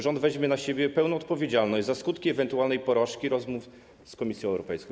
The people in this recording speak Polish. Rząd weźmie na siebie pełną odpowiedzialność za skutki ewentualnej porażki rozmów z Komisją Europejską.